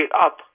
up